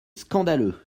scandaleux